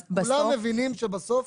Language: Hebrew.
כולם מבינים שבסוף